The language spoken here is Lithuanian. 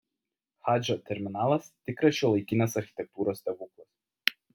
hadžo terminalas tikras šiuolaikinės architektūros stebuklas